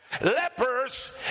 Lepers